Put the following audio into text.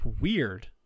Weird